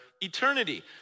eternity